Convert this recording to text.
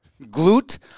Glute